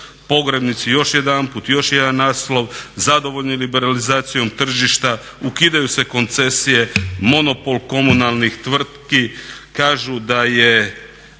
Pogrebnici, još jedanput, još jedan naslov, zadovoljni liberalizacijom tržišta, ukidaju se koncesije, monopol komunalnih tvrtki. Kažu da je